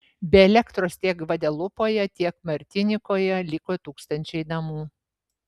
be elektros tiek gvadelupoje tiek martinikoje liko tūkstančiai namų